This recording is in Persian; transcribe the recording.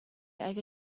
اگه